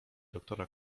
doktora